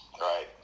Right